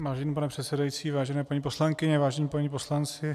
Vážený pane předsedající, vážené paní poslankyně, vážení páni poslanci.